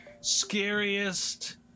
scariest